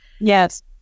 Yes